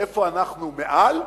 איפה אנחנו מעל?